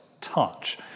touch